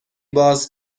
باز